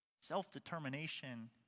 self-determination